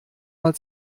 mal